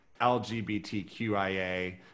LGBTQIA